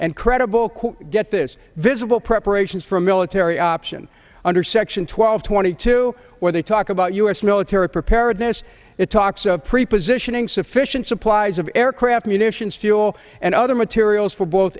and credible get this visible preparations for a military option under section twelve twenty two where they talk about u s military preparedness it talks of pre positioning sufficient supplies of aircraft munitions fuel and other materials for both